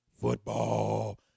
Football